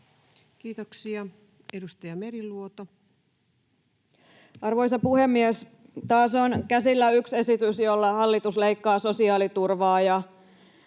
laeiksi Time: 16:19 Content: Arvoisa puhemies! Taas on käsillä yksi esitys, jolla hallitus leikkaa sosiaaliturvaa.